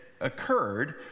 occurred